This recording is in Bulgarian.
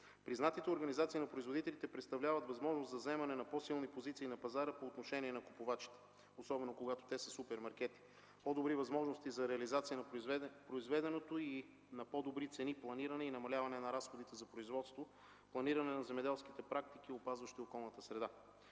Признатите организации на производителите представляват възможност за заемане на по-силни позиции на пазара по отношение на купувачите, особено когато те са супермаркети, по-добри възможности за реализация за произведеното и на по-добри цени, планиране и намаляване на разходите за производство, планиране на земеделските практики, опазващи околната среда.